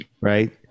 Right